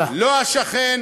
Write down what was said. לא השכן,